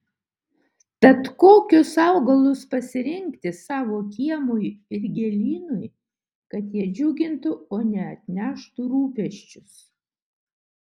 tad kokius augalus pasirinkti savo kiemui ir gėlynui kad jie džiugintų o ne atneštų rūpesčius